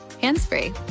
hands-free